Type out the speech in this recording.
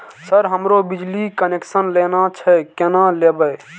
Sir हमरो बिजली connection लेना छे केना लेबे?